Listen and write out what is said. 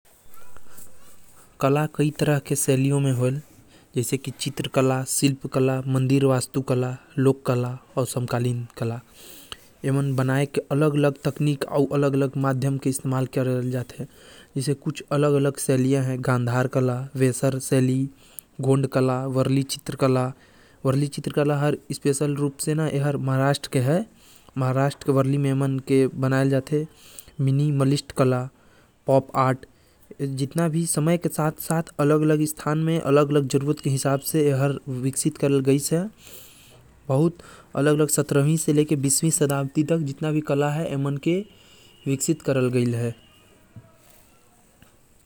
भारत और विश्व में कई तरह के कला होथे जो समय समय पर विकसित होथ रहथे जैसे चित्रकला, शिल्पकला, काष्ट कला, कश्त कला, वास्तुकला आदि एकर आलावा गोड़ कला वर्ली कला महाराष्ट्र के हवे जो कि समय समय पर विकसित होथ रहथे ।